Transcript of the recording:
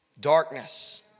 darkness